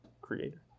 creator